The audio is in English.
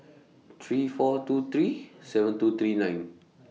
three four two three seven two three nine